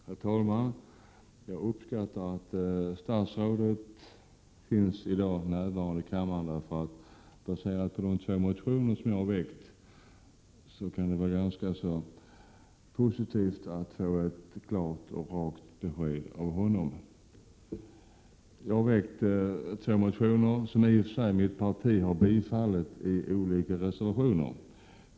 Herr talman! Jag uppskattar att statsrådet i dag är närvarande i kammaren, för det kan vara ganska positivt att få ett klart och rakt besked av honom om de två motioner som jag har väckt. Mitt parti har i och för sig ställt upp bakom dessa motioner genom olika reservationer.